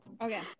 Okay